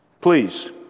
Please